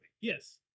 Yes